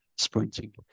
Sprinting